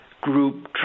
group